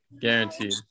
Guaranteed